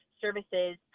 services